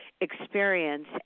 experience